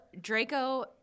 Draco